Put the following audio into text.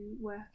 work